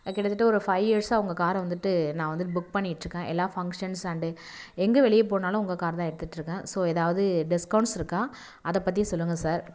கிட்ட தட்ட ஒரு ஃபை இயர்ஸாக உங்கள் காரை வந்துட்டு நான் வந்து புக் பண்ணிகிட்டு இருக்கேன் எல்லா ஃபங்க்ஷன்ஸ் அண்டு எங்கே வெளியே போனாலும் உங்கள் கார் தான் எடுத்துட்டு இருக்கேன் ஸோ எதாவது டிஸ்கவுண்ட்ஸ் இருக்கா அதை பற்றி சொல்லுங்க சார்